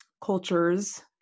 cultures